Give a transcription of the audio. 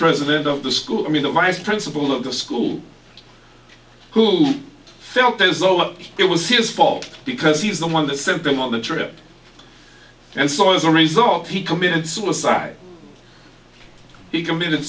president of the school i mean the vice principal of the school who felt it was all luck it was his fault because he was the one that sent them on the trip and saw as a result he committed suicide he committed